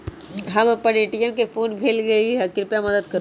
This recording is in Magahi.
हम अपन ए.टी.एम पीन भूल गेली ह, कृपया मदत करू